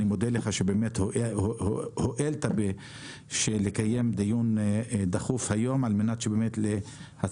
ואני מודה לך באמת שהואלת לקיים דיון דחוף היום על מנת שנצביע